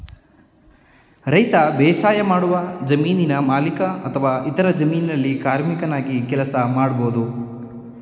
ರೈತ ಬೇಸಾಯಮಾಡುವ ಜಮೀನಿನ ಮಾಲೀಕ ಅಥವಾ ಇತರರ ಜಮೀನಲ್ಲಿ ಕಾರ್ಮಿಕನಾಗಿ ಕೆಲಸ ಮಾಡ್ಬೋದು